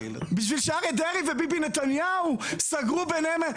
בשביל שאריה דרעי וביבי נתניהו סגרו ביניהם?